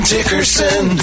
Dickerson